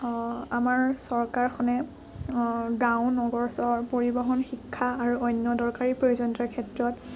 আমাৰ চৰকাৰখনে গাঁও নগৰ চহৰ পৰিবহণ শিক্ষা আৰু অন্য দৰকাৰী প্ৰয়োজনীয়তাৰ ক্ষেত্ৰত